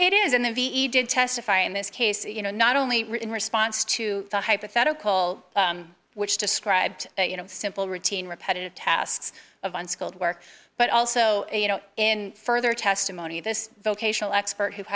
it is and they ve did testify in this case you know not only in response to the hypothetical which described you know simple routine repetitive tasks of unskilled work but also you know in further testimony this vocational expert who